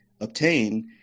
obtain